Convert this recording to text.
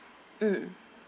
mm